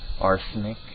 arsenic